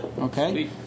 okay